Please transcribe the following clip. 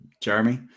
Jeremy